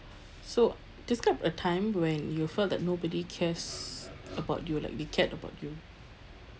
so describe a time when you felt that nobody cares about you like they cared about you